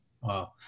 Wow